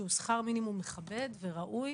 שהוא שכר מינימום מכבד וראוי,